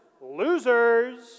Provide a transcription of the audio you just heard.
losers